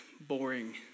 boring